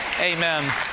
amen